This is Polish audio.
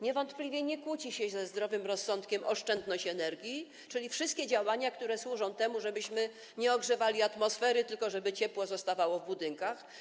Niewątpliwie nie kłóci się ze zdrowym rozsądkiem oszczędność energii, czyli wszystkie działania, które służą temu, żebyśmy nie ogrzewali atmosfery, tylko żeby ciepło zostawało w budynkach.